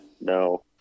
No